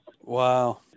Wow